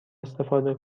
استفاده